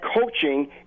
coaching